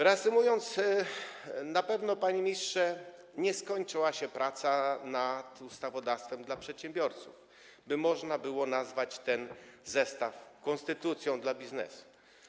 Reasumując, na pewno, panie ministrze, nie skończyła się praca nad ustawodawstwem dla przedsiębiorców, by można było nazwać ten zestaw konstytucją dla biznesu.